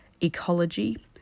ecology